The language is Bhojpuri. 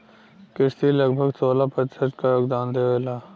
कृषि लगभग सोलह प्रतिशत क योगदान देवेला